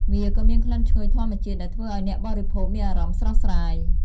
វាក៏មានក្លិនឈ្ងុយធម្មជាតិដែលធ្វើឲ្យអ្នកបរិភោគមានអារម្មណ៍ស្រស់ស្រាយ។